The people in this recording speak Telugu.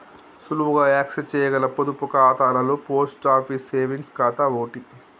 సులువుగా యాక్సెస్ చేయగల పొదుపు ఖాతాలలో పోస్ట్ ఆఫీస్ సేవింగ్స్ ఖాతా ఓటి